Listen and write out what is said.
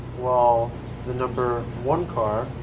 while the number one car,